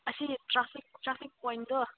ꯑꯁꯤ ꯇ꯭ꯔꯥꯐꯤꯛ ꯄꯣꯏꯟꯗꯣ